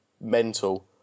mental